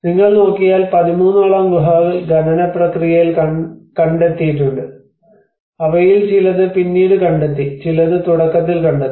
നിങ്ങൾ നോക്കിയാൽ 13 ഓളം ഗുഹകൾ ഖനന പ്രക്രിയയിൽ കണ്ടെത്തിയിട്ടുണ്ട് അവയിൽ ചിലത് പിന്നീട് കണ്ടെത്തി ചിലത് തുടക്കത്തിൽ കണ്ടെത്തി